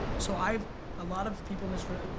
so i have a lot of people in this room,